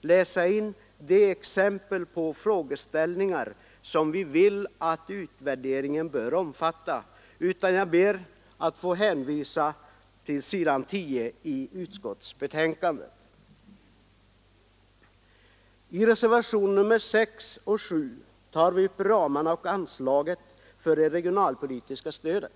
läsa in de exempel på frågeställningar som vi vill att utvärderingen skall omfatta, utan jag ber att få hänvisa till s. 10 i utskottsbetänkandet. I reservationerna 6 och 7 tar vi upp ramarna för och anslaget till det regionalpolitiska stödet.